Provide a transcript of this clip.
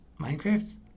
Minecraft